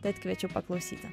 tad kviečiu paklausyti